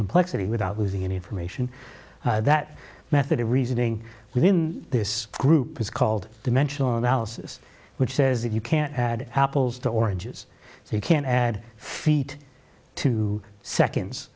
complexity without losing any information that method of reasoning within this group is called dimensional analysis which says that you can't add apples to oranges so you can add feet to seconds